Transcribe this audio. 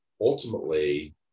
ultimately